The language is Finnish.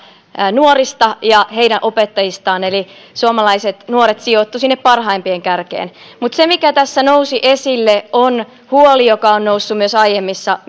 nuorista ja heidän opettajistaan eli suomalaiset nuoret sijoittuivat sinne parhaimpien kärkeen mutta se mikä tässä nousi esille on huoli joka on noussut myös aiemmissa